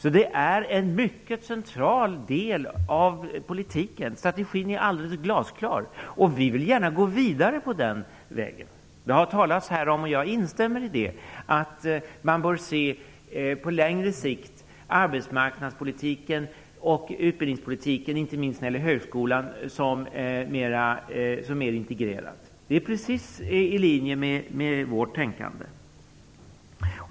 Det är en mycket central del av politiken. Strategin är alldeles glasklar. Vi vill gärna gå vidare på den vägen. Det har talats om, och jag instämmer i det, att man på längre sikt bör se arbetsmarknadspolitiken och utbildningspolitiken, inte minst när det gäller högskolan, som mer integrerade. Det är precis i linje med vårt tänkande.